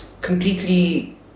completely